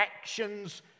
actions